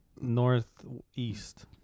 northeast